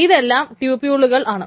ഇതെല്ലാം ട്യൂപ്യൂളുകൾ ആണ്